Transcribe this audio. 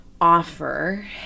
offer